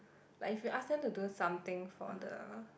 like if you ask them to do something for the